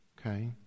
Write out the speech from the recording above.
okay